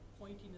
pointing